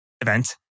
event